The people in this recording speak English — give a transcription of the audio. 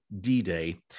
D-Day